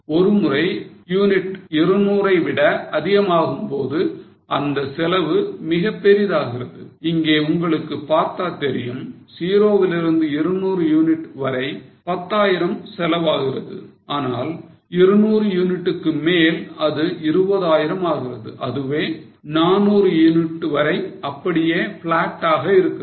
ஒருமுறை யூனிட் 200 விட அதிகமாகும்போது இந்த செலவு மிகப் பெரிதாகிறது இங்கே உங்களுக்கு பார்த்தா தெரியும் 0 விலிருந்து 200 யூனிட் வரை 10000 செலவு ஆகிறது ஆனால் 200 யூனிட்க்கு மேல அது 20000 ஆகிறது அதுவே 400 யூனிட் வரை அப்படியே flat ஆக இருக்கிறது